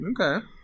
Okay